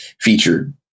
featured